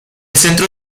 centro